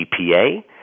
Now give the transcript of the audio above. GPA